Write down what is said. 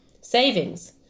savings